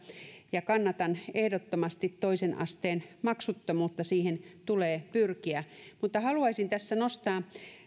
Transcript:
ja kannatan ehdottomasti toisen asteen maksuttomuutta siihen tulee pyrkiä haluaisin tässä nostaa